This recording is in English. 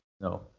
No